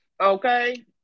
Okay